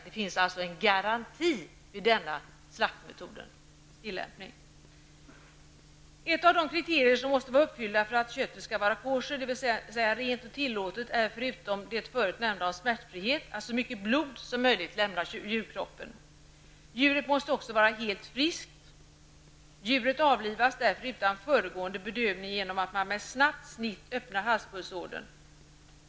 Det finns alltså en garanti vid tillämpning av denna slaktmetod. Ett av de kriterier som måste vara uppfyllda för att köttet skall vara koscher, dvs. rent och tillåtet, är förutom det nämnda kriteriet om smärtfrihet att så mycket blod som möjligt lämnar djurkroppen. Djuret måste också vara helt friskt. Djuret avlivas därför utan föregående bedövning genom att man med ett snabbt snitt öppnar halspulsådern.